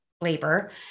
labor